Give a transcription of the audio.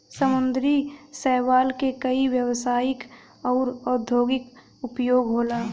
समुंदरी शैवाल के कई व्यवसायिक आउर औद्योगिक उपयोग होला